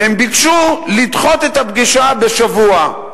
והם ביקשו לדחות את הפגישה בשבוע.